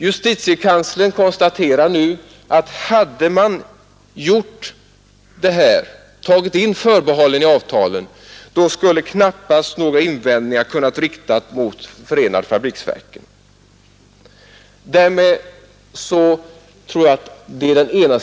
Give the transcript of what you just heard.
Justitiekanslern konstaterar nu att hade man tagit in förbehållet i avtalen, skulle knappast några anmärkningar kunnat riktas mot förenade fabriksverken.